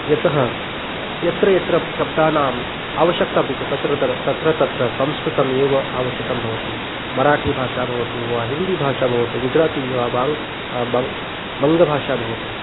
यतः यत्र यत्र शब्दानाम् आवश्यकता अस्ति तत् तत्र तत्र तत्र संस्कृतमेव आवश्यकं भवति मराठीभाषा भवतु वा हिन्दीभाषा भवतु गुजराती वा वाक् वङ्गः वङ्गभाषा भवतु